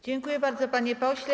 Dziękuję bardzo, panie pośle.